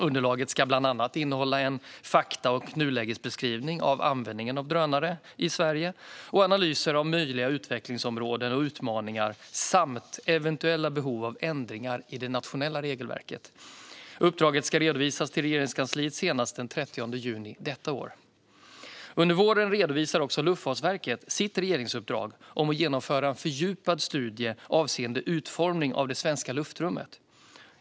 Underlaget ska bland annat innehålla en fakta och nulägesbeskrivning av användningen av drönare i Sverige, analyser av möjliga utvecklingsområden och utmaningar samt eventuella behov av ändringar i det nationella regelverket. Uppdraget ska redovisas till Regeringskansliet senast den 30 juni detta år. Under våren redovisar också Luftfartsverket sitt regeringsuppdrag att genomföra en fördjupad studie avseende utformning av det svenska luftrummet.